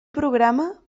programa